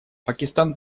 пакистан